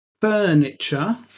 Furniture